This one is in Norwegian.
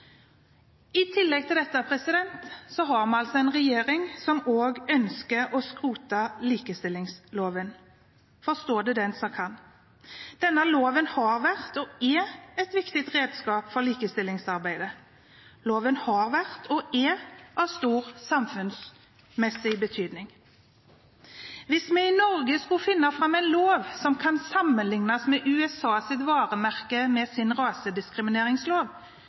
I tillegg til dette har vi en regjering som ønsker å skrote likestillingsloven. Forstå det den som kan. Denne loven har vært og er et viktig redskap for likestillingsarbeidet. Loven har vært og er av stor samfunnsmessig betydning. Hvis vi i Norge skulle finne fram en lov som kan sammenliknes med USAs varemerke